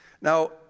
Now